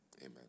Amen